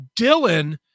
Dylan